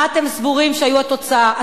מה אתם סבורים שהיו התוצאות?